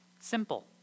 Simple